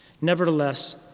Nevertheless